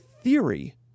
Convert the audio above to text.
theory